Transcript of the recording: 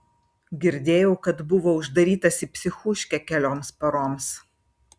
girdėjau kad buvo uždarytas į psichūškę kelioms paroms